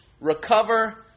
Recover